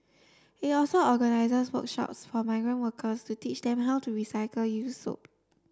it also organises workshops for migrant workers to teach them how to recycle use soap